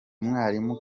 mwalimu